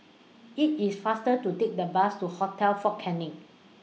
IT IS faster to Take The Bus to Hotel Fort Canning